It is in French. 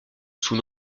sous